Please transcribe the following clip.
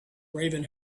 raven